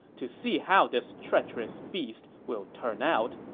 to see how this treacherous feast will turn out,